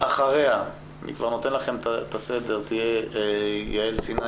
לאחר מכן- אני כבר נותן לכם את הסדר תדבר יעל סיני